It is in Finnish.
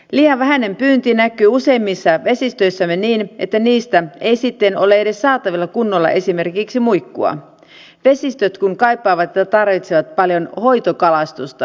liian vähäinen pyynti näkyy useimmissa vesistöissämme niin että niistä ei sitten ole edes saatavilla kunnolla esimerkiksi muikkuja vesistöt kun kaipaavat ja tarvitsevat paljon hoitokalastusta